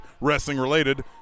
wrestling-related